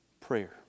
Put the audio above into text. prayer